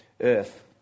earth